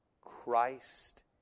Christ